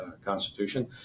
Constitution